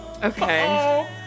Okay